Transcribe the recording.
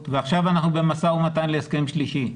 ועכשיו אנחנו במשא ומתן להסכם שלישי.